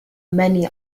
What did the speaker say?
many